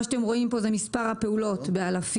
מה שאתם רואים כאן זה מספר הפעולות באלפים.